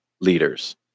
leaders